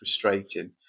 frustrating